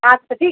আচ্ছা ঠিক